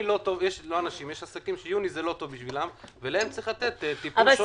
יש עסקים שיוני זה לא טוב בשבילם ולהם צריך לתת טיפול שונה.